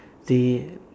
they